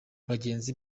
bagenzi